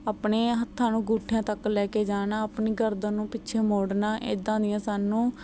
ਆਪਣੇ ਹੱਥਾਂ ਨੂੰ ਅੰਗੂਠਿਆਂ ਤੱਕ ਲੈ ਕੇ ਜਾਣਾ ਆਪਣੀ ਗਰਦਨ ਨੂੰ ਪਿੱਛੇ ਮੋੜਨਾ ਇੱਦਾਂ ਦੀਆਂ ਸਾਨੂੰ